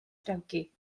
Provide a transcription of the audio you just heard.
drewgi